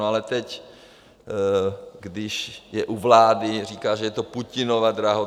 Ale teď, když je u vlády, říká, že je to Putinova drahota.